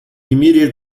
immediate